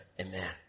amen